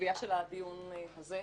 הקביעה של הדיון הזה,